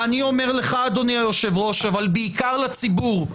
ואני אומר לך, אדוני היושב-ראש, אבל בעיקר לציבור: